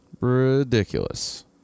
Ridiculous